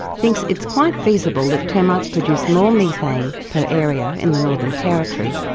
thinks it's quite feasible that termites produce more methane per area in the northern territory,